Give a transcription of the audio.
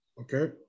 Okay